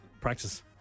practice